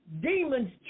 Demons